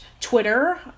Twitter